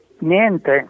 Niente